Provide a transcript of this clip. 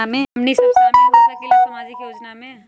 का हमनी साब शामिल होसकीला सामाजिक योजना मे?